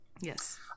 Yes